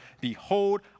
Behold